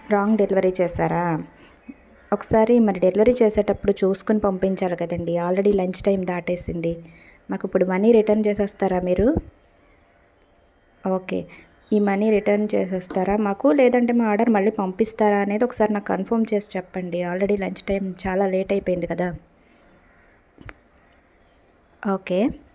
wrong delivery చేశారా ఒకసారి మరి డెలివరీ చేసేటప్పుడు చూసుకొని పంపించాలి కదండి ఆల్రెడీ లంచ్ టైం దాటేసింది మాకిప్పుడు మనీ రిటర్న్ చేసేస్తారా మీరు ఓకే ఈ మనీ రిటర్న్ చేసేస్తారా మాకు లేదంటే మా ఆర్డర్ మళ్ళీ పంపిస్తారా అనేది ఒకసారి నాకు కన్ఫామ్ చేసి చెప్పండి ఆల్రెడీ లంచ్ టైం చాలా లేట్ అయిపోయింది కదా ఓకే